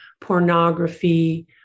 pornography